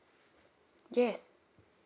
yes